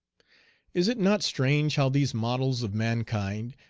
is it not strange how these models of mankind,